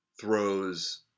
throws